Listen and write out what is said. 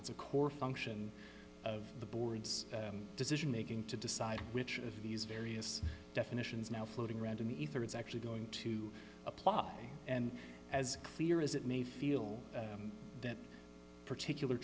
it's a core function of the board's decision making to decide which of these various definitions now floating around in the ether it's actually going to apply and as clear as it may feel that particular